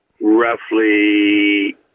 roughly